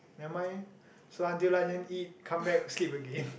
never mind so until lunch them eat come back sleep again